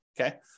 Okay